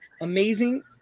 amazing